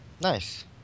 Nice